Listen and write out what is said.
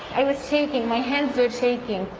i was shaking. my hands were shaking.